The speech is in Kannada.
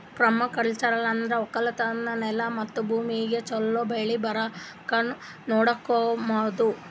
ಪರ್ಮಾಕಲ್ಚರ್ ಅಂದುರ್ ಒಕ್ಕಲತನದ್ ನೆಲ ಮತ್ತ ಭೂಮಿಗ್ ಛಲೋ ಬೆಳಿ ಬರಂಗ್ ನೊಡಕೋಮದ್